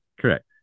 Correct